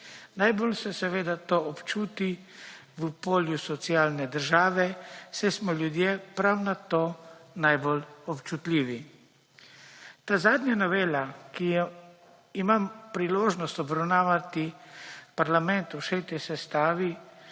Najbolj se seveda to občuti v polju socialne države, saj smo ljudje prav na to najbolj občutljivi. Ta zadnja novela, ki jo imam priložnost obravnavati v parlamentu še v tej sestavi,